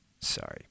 sorry